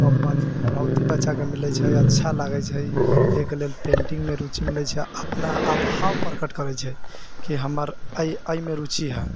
ओ बहुत ही बच्चाके मिलै छै बहुत ही अच्छा लागै छै एहिके लेल पेन्टिङ्गमे रुचि मिलै छै अपना आओर भाव प्रकट करै छै कि हमर एहिमे रुचि हइ